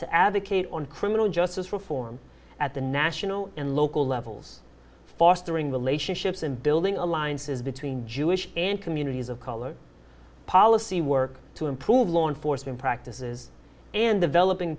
to advocate on criminal justice reform at the national and local levels fostering relationships and building alliances between jewish and communities of color policy work to improve law enforcement practices and developing